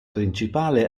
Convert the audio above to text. principale